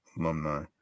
alumni